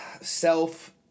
self